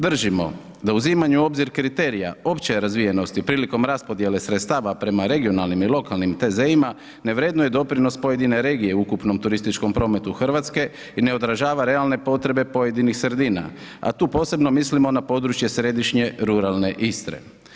Držimo da u uzimanju obzira kriterija opće razvijenosti prilikom raspodjele sredstava prema regionalnim i lokalnim TZ-ima ne vrednuje doprinos pojedine regije u ukupnom turističkom prometu Hrvatske i ne održava realne potrebe pojedinih sredina a tu posebno mislimo na područje središnje ruralne Istre.